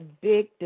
big